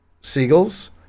seagulls